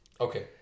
Okay